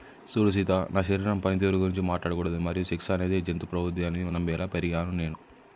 సూడు సీత నా శరీరం పనితీరు గురించి మాట్లాడకూడదు మరియు సెక్స్ అనేది జంతు ప్రవుద్ది అని నమ్మేలా పెరిగినాను నేను